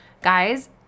Guys